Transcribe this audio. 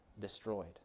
destroyed